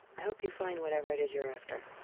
i hope you find whatever it is you're after.